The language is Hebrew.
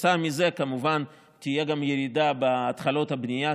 כתוצאה מזה כמובן תהיה גם ירידה בהתחלות הבנייה,